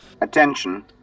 attention